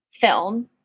film